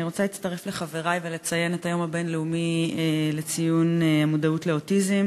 אני רוצה להצטרף לחברי ולציין את היום הבין-לאומי למודעות לאוטיזם